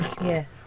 Yes